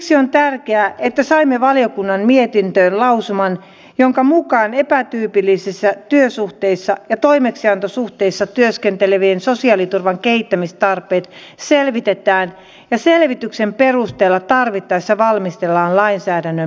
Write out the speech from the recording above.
siksi on tärkeää että saimme valiokunnan mietintöön lausuman jonka mukaan epätyypillisissä työsuhteissa ja toimeksiantosuhteissa työskentelevien sosiaaliturvan kehittämistarpeet selvitetään ja selvityksen perusteella tarvittaessa valmistellaan lainsäädännön muutosehdotukset